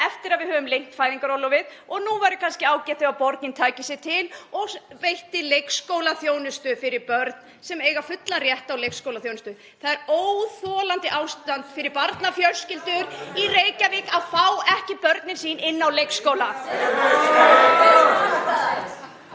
eftir að við höfum lengt fæðingarorlofið. Nú væri kannski ágætt að borgin tæki sig til og veitti leikskólaþjónustu fyrir börn sem eiga fullan rétt á leikskólaþjónustu. Það er óþolandi ástand fyrir barnafjölskyldur í Reykjavík (Gripið fram í.) að fá ekki börnin sín inn á leikskóla.